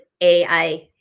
AI